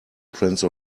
prince